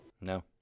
No